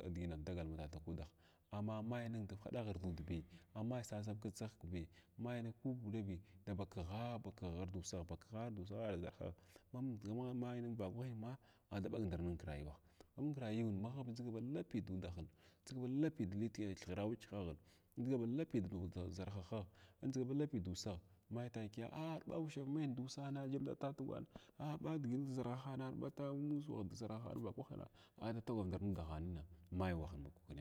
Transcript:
e digi dagal ma tatakudagh amma may ning haɗa ghr dudahbi amay sa sa gidʒihgbi may kudbi dabakigha bakighar dussagh bakigha da usagh ar daʒarhagh magh may nin vakwahima a daɓag ndar nin kvayuwagh amung kra yuwung magh ndʒiga ba lapi du dahin andʒaga ba lapiy da thghara wakygnaghin andʒa ba lapi da zarha hah, andʒga ba lapi da ussagh may takiya a a ɓa usʒhay meny dussana jiyam da tagwana da ʒarhahan vakwahng a da tughwav nda ndar nudahaning may wahina bug.